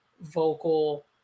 vocal